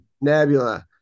Nebula